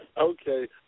Okay